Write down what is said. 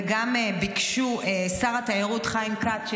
ושר התיירות חיים כץ,